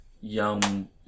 young